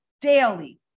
daily